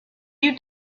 you